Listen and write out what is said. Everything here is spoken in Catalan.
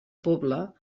pobla